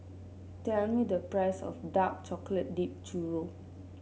tell me the price of Dark Chocolate Dipped Churro